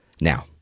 Now